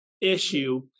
issue